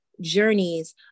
journeys